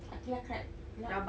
aqilah cried right